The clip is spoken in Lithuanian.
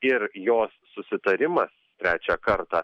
ir jos susitarimas trečią kartą